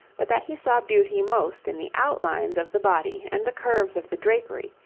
but that he saw beauty most in the outlines of the body and the curves of the drapery,